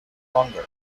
longer